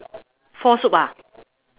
four soup ah